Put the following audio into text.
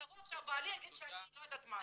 יבוא עכשיו בעלי, יגיד שאני לא יודעת מה.